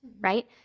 right